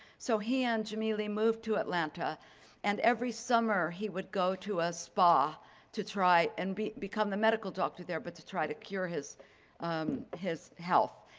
so he and jimelee moved to atlanta and every summer he would go to a spa to try and become the medical doctor there, but to try to cure his his health.